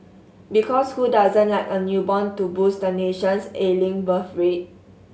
because who doesn't like a newborn to boost the nation's ailing birth rate